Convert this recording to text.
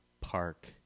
park